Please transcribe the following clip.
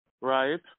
right